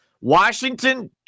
Washington